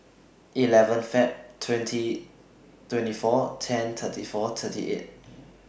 eleven Feb twenty twenty four ten thirty four thirty eight